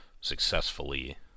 successfully